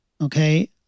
Okay